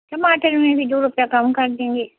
टमाटर में भी दो रुपया कम कर देंगे